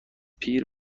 پیر